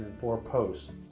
four posts.